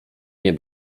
nie